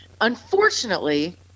Unfortunately